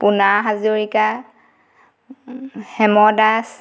পোনা হাজৰিকা হেম দাস